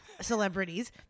celebrities